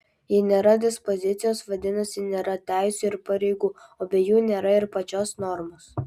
jei nėra dispozicijos vadinasi nėra teisių ir pareigų o be jų nėra ir pačios normos